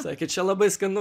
sakė čia labai skanu